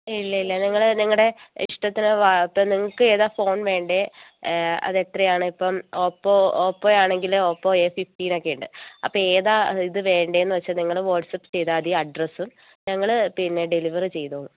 ഇല്ല ഇല്ല നിങ്ങൾ നിങ്ങളുടെ ഇഷ്ടത്തിന് വ ഇപ്പോൾ നിങ്ങൾക്ക് ഏതാണ് ഫോൺ വേണ്ടത് അത് എത്രയാണ് ഇപ്പം ഓപ്പോ ഓപ്പോ ആണെങ്കിൽ ഓപ്പോ എ ഫിഫ്റ്റീൻ ഒക്കെ ഉണ്ട് അപ്പോൾ ഏതാണ് ഇത് വേണ്ടതെന്ന് വെച്ചാൽ നിങ്ങൾ വാട്സ്ആപ്പ് ചെയ്താൽ മതി അഡ്രസ്സ് ഞങ്ങൾ പിന്നെ ഡെലിവറി ചെയ്തോളും